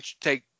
take